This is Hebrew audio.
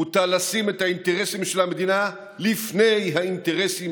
מוטל לשים את האינטרסים של המדינה לפני האינטרסים